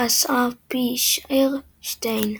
פֿילאסאפֿישער שטיין".